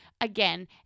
again